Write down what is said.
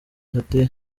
hateye